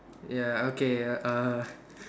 ya okay err